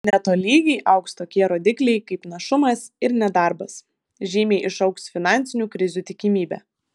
netolygiai augs tokie rodikliai kaip našumas ir nedarbas žymiai išaugs finansinių krizių tikimybė